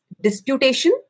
disputation